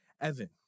Evan